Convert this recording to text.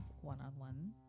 one-on-one